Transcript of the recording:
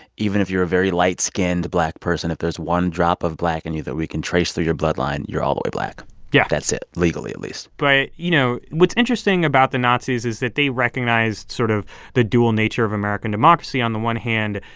even if you're a very light-skinned black person, if there's one drop of black in and you that we can trace through your bloodline, you're all the way black yeah that's it legally, at least but, you know, what's interesting about the nazis is that they recognized sort of the dual nature of american democracy. on the one hand,